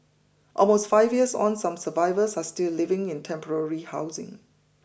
almost five years on some survivors are still living in temporary housing